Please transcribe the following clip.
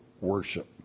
worship